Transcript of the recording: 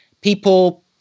people